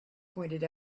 pointed